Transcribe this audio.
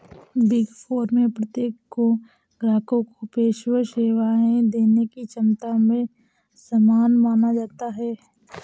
big four में प्रत्येक को ग्राहकों को पेशेवर सेवाएं देने की क्षमता में समान माना जाता है